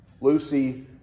Lucy